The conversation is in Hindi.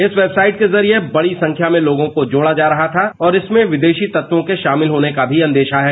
इस वेबसाइट के जरिए बड़ी संख्या में लोगों को जोड़ा जा रहा था और इसमें विदेशी तत्वों के शामिल होने का भी अंदेशा है